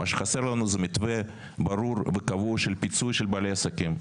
מה שחסר לנו זה מתווה ברור וקבוע של פיצוי של בעלי עסקים,